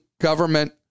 government